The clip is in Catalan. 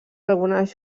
algunes